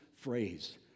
phrase